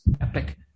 epic